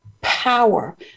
power